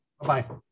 Bye-bye